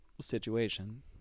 situation